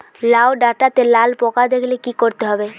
লাউ ডাটাতে লাল পোকা দেখালে কি করতে হবে?